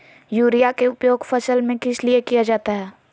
Urea के उपयोग फसल में किस लिए किया जाता है?